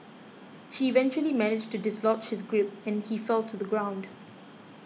she eventually managed to dislodge his grip and he fell to the ground